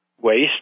waste